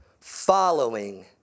Following